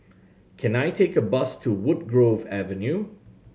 can I take a bus to Woodgrove Avenue